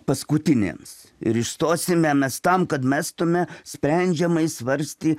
paskutinėms ir išstosime mes tam kad mestume sprendžiamai svarstė